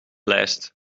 lijst